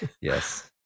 Yes